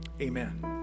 Amen